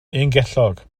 ungellog